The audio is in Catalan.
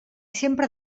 sempre